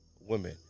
women